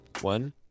one